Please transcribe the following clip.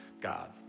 God